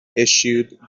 issued